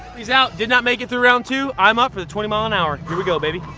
he's out did not make it through round two. i'm up for the twenty mile an hour. here we go, baby!